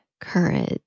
courage